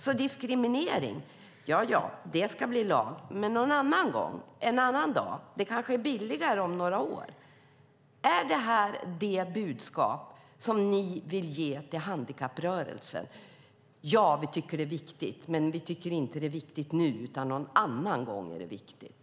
Ja, det ska bli en lag mot diskriminering, men någon annan gång, en annan dag. Det kanske är billigare om några år. Är detta det budskap ni vill ge till handikapprörelsen? Ni säger: Ja, vi tycker att det är viktigt, men vi tycker inte att det är viktigt nu, utan någon annan gång är det viktigt.